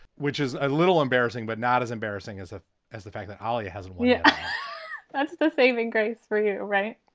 which is a little embarrassing, but not as embarrassing as that ah as the fact that olea hasn't yet that's the saving grace for you. right,